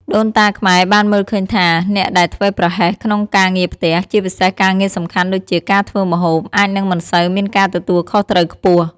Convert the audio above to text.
ដូនតាខ្មែរបានមើលឃើញថា អ្នកដែលធ្វេសប្រហែសក្នុងការងារផ្ទះ ជាពិសេសការងារសំខាន់ដូចជាការធ្វើម្ហូប អាចនឹងមិនសូវមានការទទួលខុសត្រូវខ្ពស់។